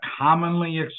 commonly